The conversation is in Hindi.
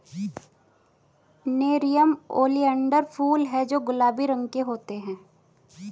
नेरियम ओलियंडर फूल हैं जो गुलाबी रंग के होते हैं